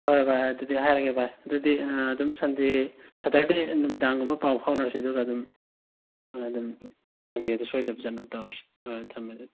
ꯍꯣꯏ ꯚꯥꯏ ꯑꯗꯨꯗꯤ ꯍꯥꯏꯔꯒꯦ ꯚꯥꯏ ꯑꯗꯨꯗꯤ ꯑꯗꯨꯝ ꯁꯟꯗꯦ ꯁꯦꯇꯔꯗꯦ ꯅꯨꯃꯤꯗꯥꯡꯒꯨꯝꯕ ꯄꯥꯎ ꯐꯥꯎꯅꯔꯁꯦ ꯑꯗꯨꯒ ꯑꯗꯨꯝ ꯑꯩꯈꯣꯏ ꯑꯗꯨꯝ ꯃꯟꯗꯦꯗꯨ ꯁꯣꯏꯗꯕꯤ ꯆꯠꯅꯕ ꯇꯧꯔꯁꯤ ꯍꯣꯏ ꯊꯝꯃꯦ ꯑꯗꯨꯗꯤ